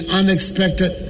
unexpected